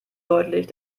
deutlich